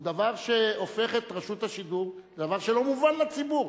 דבר שהופך את רשות השידור לדבר שלא מובן לציבור.